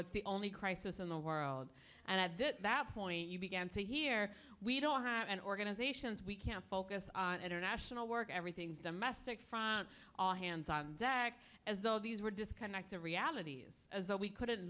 it's the only crisis in the world and at that point you began to hear we don't have an organizations we can't focus on international work everything's domestic front all hands on deck as though these were disconnected realities as though we couldn't